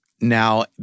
now